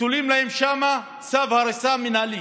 ותולים להם שם צו הריסה מינהלי.